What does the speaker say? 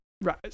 Right